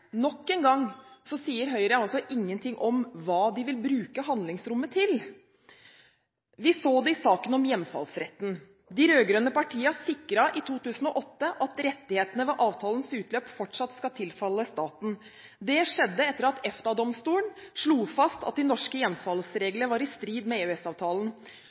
nok engang sier Høyre ingenting om hva de vil bruke handlingsrommet til. Vi så det i saken om hjemfallsretten: De rød-grønne partiene sikret i 2008 at rettighetene ved avtalens utløp fortsatt skal tilfalle staten. Det skjedde etter at EFTA-domstolen slo fast at de norske hjemfallsreglene var i strid med